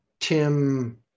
Tim